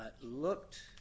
looked